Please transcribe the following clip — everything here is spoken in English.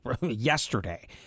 yesterday